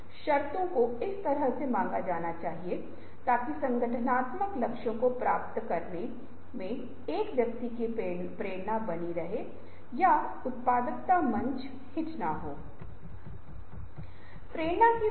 और शायद यह नहीं हो सकता है और इसी तरह अगर संरचना पर्याप्त लचीली नहीं है तो यह रचनात्मकता और नवीनता को समायोजित नहीं करेगा